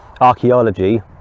archaeology